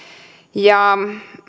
ja